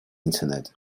internet